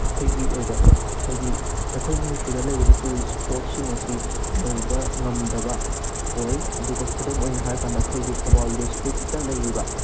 ꯑꯩꯈꯣꯏꯒꯤ ꯑꯣꯏꯕ ꯍꯥꯏꯗꯤ ꯑꯩꯈꯣꯏ ꯃꯅꯤꯄꯨꯔꯗ ꯂꯩꯔꯤꯕ ꯇꯨꯔꯤꯁ ꯏꯁꯄꯣꯠꯁꯤꯡ ꯑꯁꯤ ꯌꯧꯕ ꯉꯝꯗꯕ ꯑꯣꯏ ꯑꯗꯨꯒ ꯈꯨꯗꯝ ꯑꯣꯏꯅ ꯍꯥꯏꯔ ꯀꯥꯟꯗ ꯑꯩꯈꯣꯏꯒꯤ ꯊꯧꯕꯥꯜ ꯗꯤꯁꯇ꯭ꯔꯤꯛꯇ ꯂꯩꯔꯤꯕ